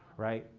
right?